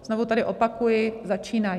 Znovu tady opakuji: začínají.